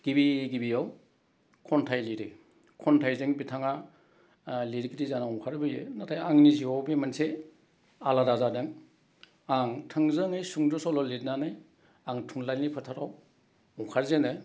गिबि गिबियाव खन्थाइ लिरो खन्थाइजों बिथाङा लिरगिरि जानो ओंखारबोयो नाथाय आंनि जिवाव बे मोनसे आलादा जादों आं थोंजोङै सुंद' सल' लिरनानै आं थुनलाइनि फोथाराव ओंखारजेनो